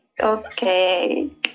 okay